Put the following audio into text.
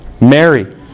Mary